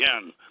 again